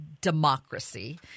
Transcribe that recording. democracy